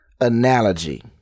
analogy